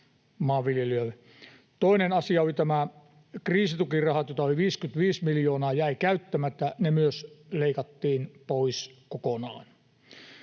Toinen asia oli nämä kriisitukirahat, joita 55 miljoonaa jäi käyttämättä — myös ne leikattiin pois kokonaan.